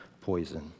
poison